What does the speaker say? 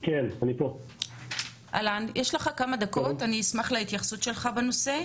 אני אשמח להתייחסותך בנושא.